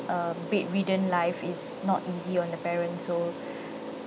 um bedridden life is not easy on the parents so